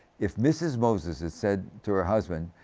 if mrs. moses had said to her husband,